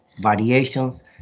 variations